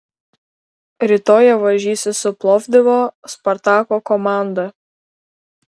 rytoj jie varžysis su plovdivo spartako komanda